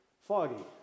foggy